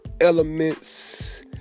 elements